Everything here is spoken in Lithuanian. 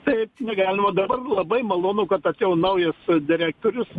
taip ne galima dabar labai malonu kad atėjo naujas direktorius